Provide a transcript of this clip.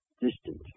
distant